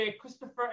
Christopher